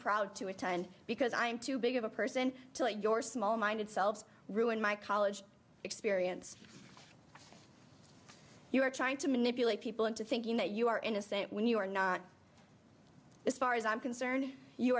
proud to attend because i am too big of a person to let your small minded selves ruin my college experience you are trying to manipulate people into thinking that you are innocent when you are not as far as i'm concerned you